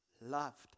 loved